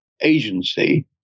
agency